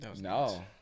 No